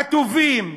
הטובים,